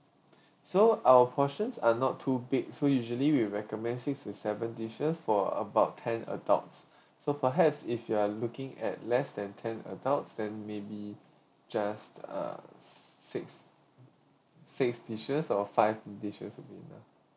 so our portions are not too big so usually we recommend six to seven dishes for about ten adults so perhaps if you are looking at less than ten adults then maybe just uh six six dishes or five dishes would be enough